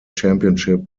championship